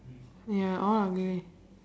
ya all ugly